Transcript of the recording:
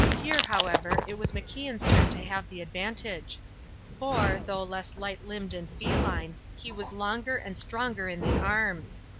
here, however, it was macian's turn to have the advantage for, though less light-limbed and feline, he was longer and stronger in the arms.